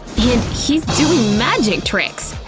and he's doing magic tricks!